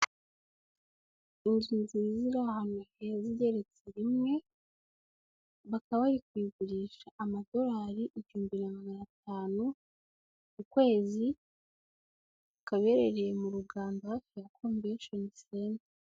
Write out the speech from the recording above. Inzu nziza iri ahantu heza igeretse rimwe, bakaba bari kugurisha amadolari ibihumbi magana atanu, ku kwezi, ikaba iherereye mu rugamba hafi ya konvesheni senta.